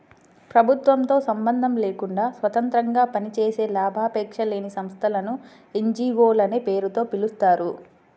ప్రభుత్వంతో సంబంధం లేకుండా స్వతంత్రంగా పనిచేసే లాభాపేక్ష లేని సంస్థలను ఎన్.జీ.వో లనే పేరుతో పిలుస్తారు